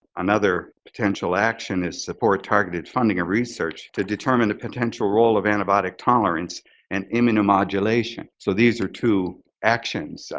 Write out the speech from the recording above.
another potential action is support targeted funding a research to determine the potential role of antibiotic tolerance and immunomodulation. so these are two actions.